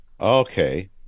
Okay